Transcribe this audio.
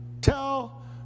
tell